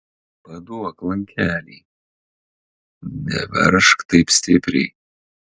paduok lankelį neveržk taip stipriai